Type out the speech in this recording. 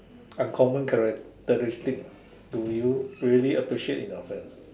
uncommon characteristic do you really appreciate in your friends